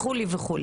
וכו'.